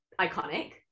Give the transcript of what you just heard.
iconic